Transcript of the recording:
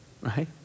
right